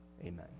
amen